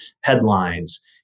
headlines